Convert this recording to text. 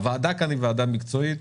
הוועדה כאן היא ועדה מקצועית,